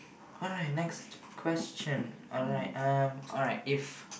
alright next question alright um alright if